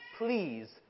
Please